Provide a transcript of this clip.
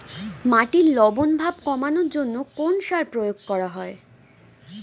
মাটির লবণ ভাব কমানোর জন্য কোন সার প্রয়োগ করা হয়?